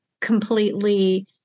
completely